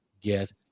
get